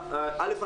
אל"ף,